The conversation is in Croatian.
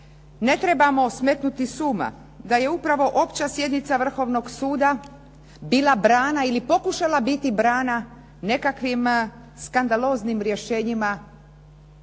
ne trebamo smetnuti s uma da je upravo opća sjednica Vrhovnog suda bila brana ili pokušala biti brana nekakvim skandaloznim rješenjima